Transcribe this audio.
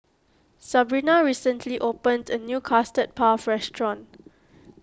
Sabrina recently opened a new Custard Puff restaurant